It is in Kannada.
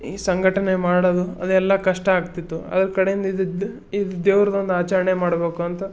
ಈ ಸಂಘಟನೆ ಮಾಡೋದು ಅದೆಲ್ಲ ಕಷ್ಟ ಆಗ್ತಿತ್ತು ಅದ್ರ ಕಡೆಯಿಂದ ಇದ್ದಿದ್ದು ಈ ದೇವ್ರ್ದೊಂದು ಆಚರಣೆ ಮಾಡಬೇಕು ಅಂತ